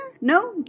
No